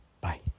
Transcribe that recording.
bye